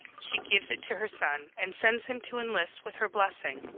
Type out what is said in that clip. she gives it to her son and sends him to enlist with her blessing.